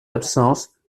absence